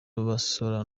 abasora